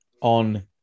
on